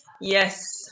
Yes